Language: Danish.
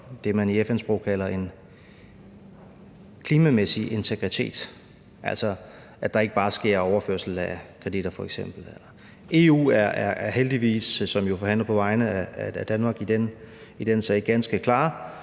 det, man i FN-sprog kalder en klimamæssig integritet – altså at der f.eks. ikke bare sker overførsel af kreditter. EU, som jo forhandler på vegne af Danmark i den sag, er